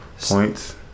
Points